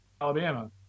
Alabama